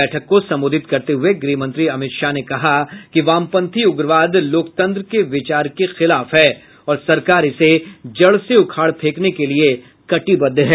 बैठक को संबोधित करते हुए गृह मंत्री अमित शाह ने कहा कि वामपंथी उग्रवाद लोकतंत्र के विचार के खिलाफ है और सरकार इसे जड़ से उखाड़ फेंकने के लिये कटिबद्ध है